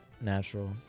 natural